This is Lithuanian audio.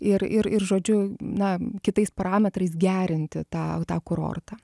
ir ir ir žodžiu na kitais parametrais gerinti tą tą kurortą